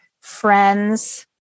friends